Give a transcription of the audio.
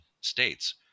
states